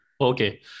Okay